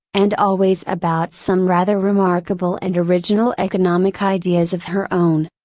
and always about some rather remarkable and original economic ideas of her own.